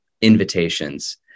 invitations